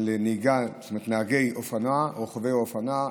רוכבי אופנוע,